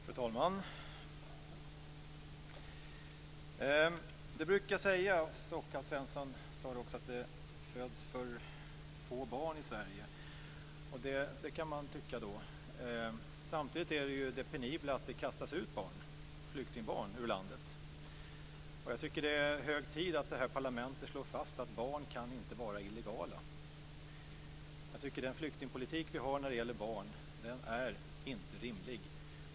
Fru talman! Det brukar sägas, och Alf Svensson sade det också, att det föds för få barn i Sverige, och det kan man tycka. Samtidigt är ju det penibla att det kastas ut barn, flyktingbarn, ur landet. Jag tycker att det är hög tid att det här parlamentet slår fast att barn inte kan vara illegala. Jag tycker inte att den flyktingpolitik som vi har när det gäller barn är rimlig.